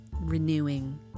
renewing